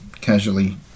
casually